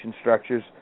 structures